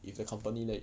if the company let